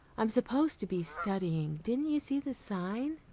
i'm supposed to be studying. didn't you see the sign?